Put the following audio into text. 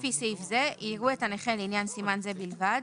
לפי סעיף זה, יראו את הנכה, לעניין סימן זה בלבד,